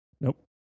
Nope